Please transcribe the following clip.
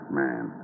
man